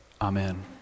Amen